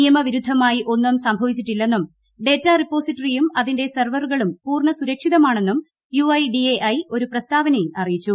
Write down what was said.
നിയമവിരുദ്ധമായി ഒന്നും സംഭവിച്ചിട്ടില്ലെന്നും ഡേറ്റാ റിപ്പോസിറ്ററിയും അതിന്റെ സെർവറുകളും പൂർണസുരക്ഷിതമാണെന്നും U I D A I പ്രസ്താവനയിൽ അറിയിച്ചു